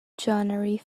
january